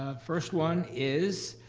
ah first one is